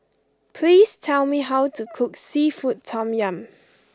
please tell me how to cook Seafood Tom Yum